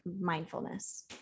mindfulness